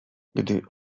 gdy